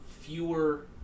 fewer